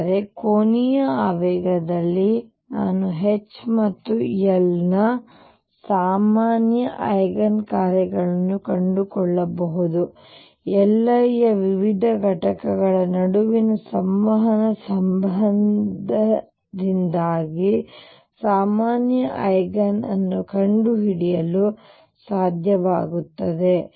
ಅಂದರೆ ಕೋನೀಯ ಆವೇಗದಲ್ಲಿ ನಾನು H ಮತ್ತು L ನ ಸಾಮಾನ್ಯ ಐಗನ್ ಕಾರ್ಯಗಳನ್ನು ಕಂಡುಕೊಳ್ಳಬಹುದು ಆದರೆ Li ಯ ವಿವಿಧ ಘಟಕಗಳ ನಡುವಿನ ಸಂವಹನ ಸಂಬಂಧದಿಂದಾಗಿ ಸಾಮಾನ್ಯ ಐಗನ್ ಅನ್ನು ಕಂಡುಹಿಡಿಯಲು ಸಾಧ್ಯವಾಗುತ್ತದೆ